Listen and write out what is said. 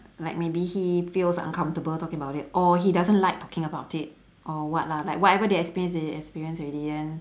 like maybe he feels uncomfortable talking about it or he doesn't like talking about it or what lah like whatever they experience they experience already then